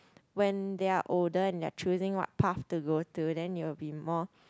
when they are old and they are choosing what path to go to then you will be more